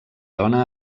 dona